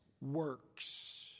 works